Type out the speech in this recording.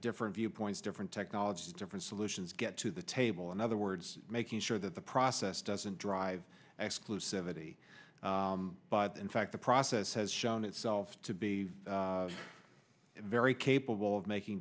different viewpoints different technologies different solutions get to the table in other words making sure that the process doesn't drive exclusivity but in fact the process has shown itself to be very capable of making